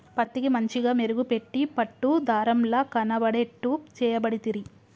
పత్తికి మంచిగ మెరుగు పెట్టి పట్టు దారం ల కనబడేట్టు చేయబడితిరి